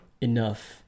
enough